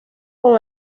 con